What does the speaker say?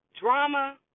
Drama